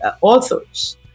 authors